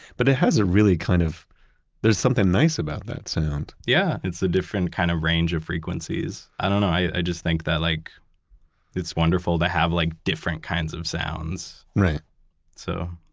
but it has a really, kind of there's something nice about that sound yeah. it's a different kind of range of frequencies. i don't know. i just think that like it's wonderful to have like different kinds of sounds right so,